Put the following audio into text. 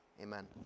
amen